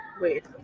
Wait